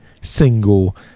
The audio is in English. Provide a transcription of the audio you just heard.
single